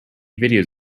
videos